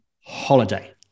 holiday